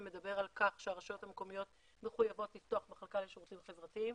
מדבר על כך שהרשויות המקומיות מחויבות לפתוח מחלקה לשירותים חברתיים.